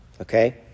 Okay